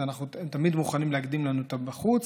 ותמיד מוכנים להקדים לנו את הבחוץ.